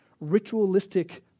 ritualistic